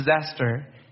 disaster